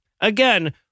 again